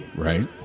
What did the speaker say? Right